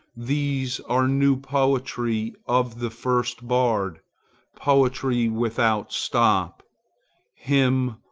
these are new poetry of the first bard poetry without stop hymn,